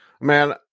man